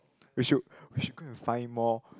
we should we should go and find more